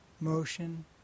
Motion